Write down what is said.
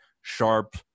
sharp